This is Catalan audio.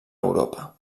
europa